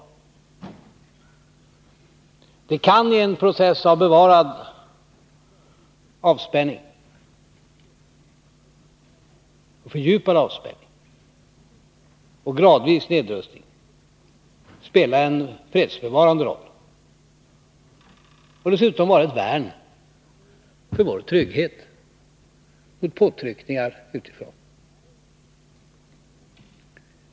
Det kan i en process av bevarad och fördjupad avspänning och av gradvis nedrustning spela en fredsbevarande roll och dessutom vara ett värn för vår trygghet vid påtryckningar utifrån.